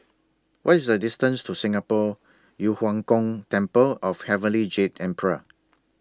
What IS The distance to Singapore Yu Huang Gong Temple of Heavenly Jade Emperor